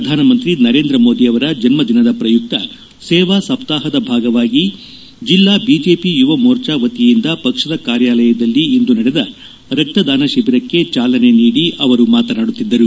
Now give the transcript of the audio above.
ಪ್ರಧಾನ ಮಂತ್ರಿ ನರೇಂದ್ರ ಮೋದಿಯವರ ಜನ್ನ ದಿನದ ಪ್ರಯುಕ್ತ ಸೇವಾ ಸಪ್ತಾಹದ ಭಾಗವಾಗಿ ಜಿಲ್ಲಾ ಬಿಜೆಪಿ ಯುವ ಮೋರ್ಚಾ ವತಿಯಿಂದ ಪಕ್ಷದ ಕಾರ್ಯಾಲಯದಲ್ಲಿ ಇಂದು ನಡೆದ ರಕ್ತದಾನ ಶಿಬಿರಕ್ಕೆ ಚಾಲನೆ ನೀಡಿ ಅವರು ಮಾತನಾಡುತ್ತಿದ್ದರು